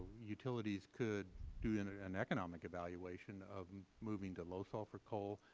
utilities could do in an economic evaluation of moving to low sulfur coal.